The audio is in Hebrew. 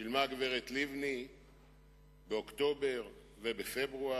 שילמה הגברת לבני באוקטובר ובפברואר,